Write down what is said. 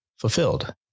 fulfilled